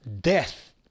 Death